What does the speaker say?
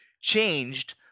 changed